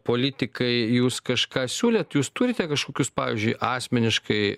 politikai jūs kažką siūlėt jūs turite kažkokius pavyzdžiui asmeniškai